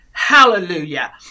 hallelujah